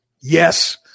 Yes